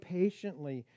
patiently